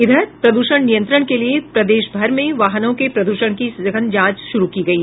इधर प्रद्षण नियंत्रण के लिए प्रदेश भर में वाहनों के प्रद्षण की सघन जांच शुरू की गयी